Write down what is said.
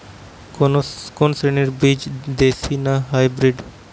কোন শ্রেণীর বীজ দেশী না হাইব্রিড?